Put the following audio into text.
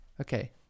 Okay